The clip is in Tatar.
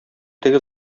теге